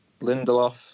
Lindelof